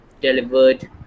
delivered